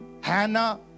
Hannah